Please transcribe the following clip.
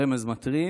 רמז מטרים: